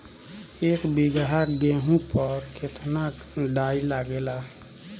एक बीगहा गेहूं में केतना डाई लागेला?